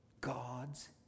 God's